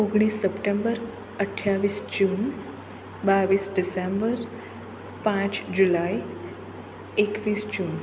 ઓગણીસ સપ્ટેમ્બર અઠ્ઠાવીસ જૂન બાવીસ ડિસેમ્બર પાંચ જુલાઇ એકવીસ જૂન